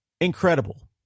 incredible